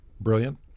brilliant